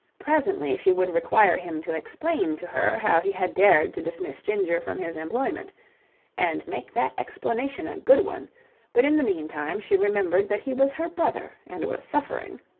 presently she would require him to explain to her how he had dared to dismiss ginger from his employment and make that explanation a good one but in the meantime she remembered that he was her brother and was suffering.